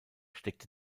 steckte